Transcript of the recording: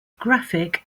graphic